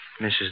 Mrs